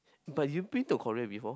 but you've been to Korea before